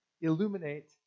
illuminate